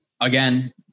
again